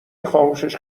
خاموشش